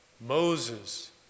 Moses